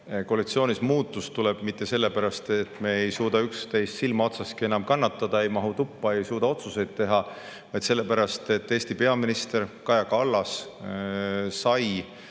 koalitsioonis ei tule mitte sellepärast, nagu me ei suudaks üksteist silmaotsaski enam kannatada, ei mahuks tuppa, ei suudaks otsuseid teha, vaid sellepärast, et Eesti peaminister Kaja Kallas sai